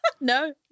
No